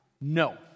No